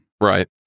Right